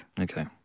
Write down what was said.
Okay